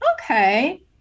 okay